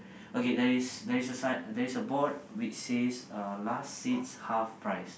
okay there is there is a sign there is a board which says uh last seats half price